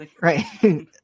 Right